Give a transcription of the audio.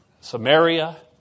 Samaria